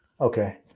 Okay